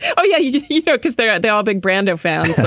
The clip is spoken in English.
oh yeah. you you know because they're they're all big brando fans.